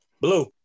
Blue